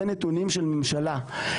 זה נתונים של ממשלה.